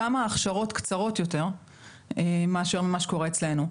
שם ההכשרות קצרות יותר מאשר מה שקורה אצלנו.